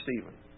Stephen